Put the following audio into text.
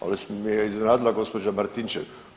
Ali me je iznenadila gospođa Martinčev.